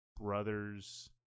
brother's